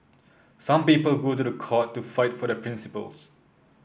some people go to the court to fight for their principles